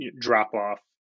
drop-off